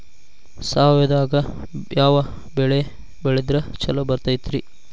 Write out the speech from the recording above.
ಸಾವಯವದಾಗಾ ಯಾವ ಬೆಳಿ ಬೆಳದ್ರ ಛಲೋ ಬರ್ತೈತ್ರಿ?